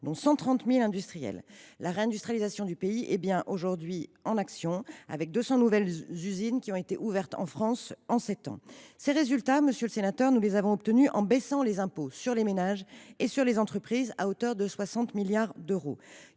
le secteur industriel. La réindustrialisation du pays est bien en marche, 200 nouvelles usines ayant été ouvertes en France en sept ans. Ces résultats, monsieur le sénateur, nous les avons obtenus en baissant les impôts, sur les ménages comme sur les entreprises, à hauteur de 60 milliards d’euros.